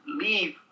leave